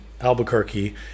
Albuquerque